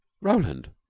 roland,